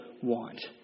want